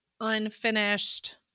unfinished